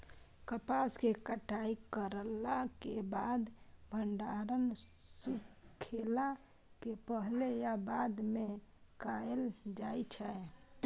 कपास के कटाई करला के बाद भंडारण सुखेला के पहले या बाद में कायल जाय छै?